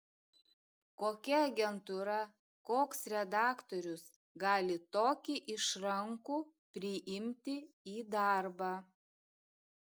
kokia agentūra koks redaktorius gali tokį išrankų priimti į darbą